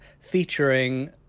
featuring